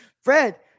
Fred